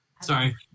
Sorry